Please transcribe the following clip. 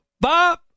Bob